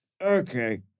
Okay